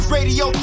Radio